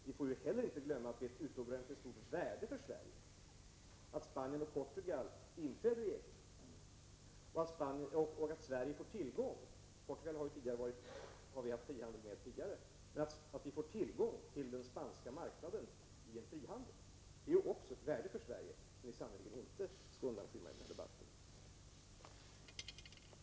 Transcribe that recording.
Vi får inte glömma att det är av utomordentligt stort värde för Sverige att Spanien och Portugal inträdde i EG och att Sverige får tillgång till den spanska marknaden i en frihandel — med Portugal har vi ju haft frihandel redan tidigare. Detta värde bör sannerligen inte undanskymmas i debatten.